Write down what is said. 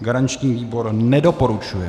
Garanční výbor nedoporučuje.